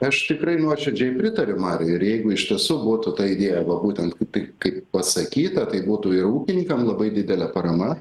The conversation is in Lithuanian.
aš tikrai nuoširdžiai pritariu mariui ir jeigu iš tiesų būtų ta idėja arba būtent tai kaip pasakyta taip būtų ir ūkininkam labai didelė parama